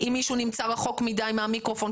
אם מישהו נמצא רחוק מדי מהמיקרופון,